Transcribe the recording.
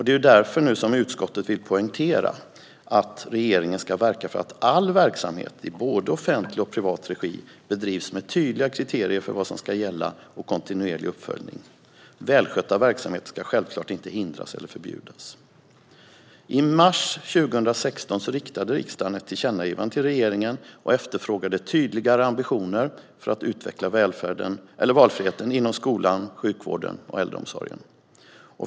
Det är därför som utskottet nu vill poängtera att regeringen ska verka för att all verksamhet i både offentlig och privat regi ska bedrivas med tydliga kriterier för vad som ska gälla och med kontinuerlig uppföljning. Välskötta verksamheter ska självklart inte hindras eller förbjudas. I mars 2016 riktade riksdagen ett tillkännagivande till regeringen och efterfrågade tydligare ambitioner för att utveckla valfriheten inom skolan, sjukvården och äldreomsorgen.